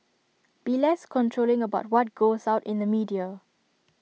be less controlling about what goes out in the media